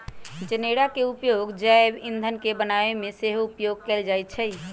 जनेरा के उपयोग जैव ईंधन के बनाबे में सेहो उपयोग कएल जाइ छइ